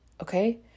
okay